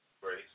Grace